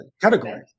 category